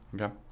Okay